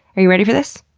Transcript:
are you ready for this?